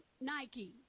Nike